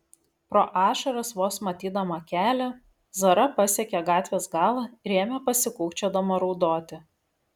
pro ašaras vos matydama kelią zara pasiekė gatvės galą ir ėmė pasikūkčiodama raudoti